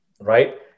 right